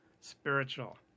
spiritual